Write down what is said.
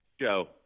Joe